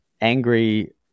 angry